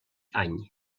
any